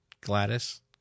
Gladys